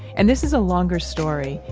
and this is a longer story.